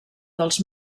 dels